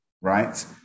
right